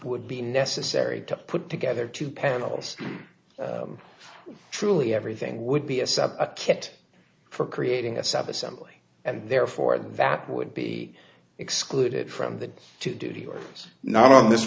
would be necessary to put together two panels truly everything would be a sub a kit for creating a subassembly and therefore that would be excluded from the to duty or not on this